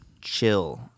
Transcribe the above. chill